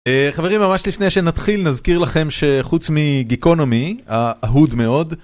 חברים, ממש לפני שנתחיל נזכיר לכם שחוץ מגיקונומי, האהוד מאוד.